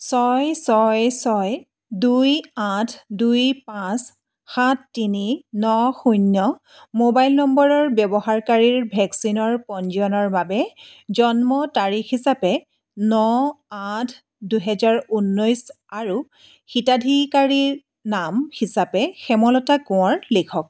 ছয় ছয় ছয় দুই আঠ দুই পাঁচ সাত তিনি ন শূন্য মোবাইল নম্বৰৰ ব্যৱহাৰকাৰীৰ ভেকচিনৰ পঞ্জীয়নৰ বাবে জন্ম তাৰিখ হিচাপে ন আঠ দুহেজাৰ ঊনৈছ আৰু হিতাধিকাৰীৰ নাম হিচাপে হেমলতা কোঁৱৰ লিখক